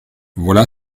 voilà